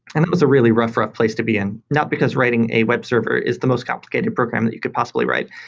and that was a really rough, rough place to be in, not because writing a web server is the most complicated program that you could possibly write,